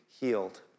healed